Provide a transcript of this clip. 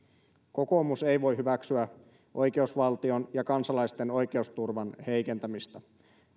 kokoomus ei voi hyväksyä oikeusvaltion ja kansalaisten oikeusturvan heikentämistä